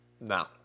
No